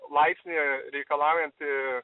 laipsnį reikalaujanti